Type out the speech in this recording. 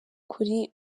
kuli